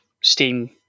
Steam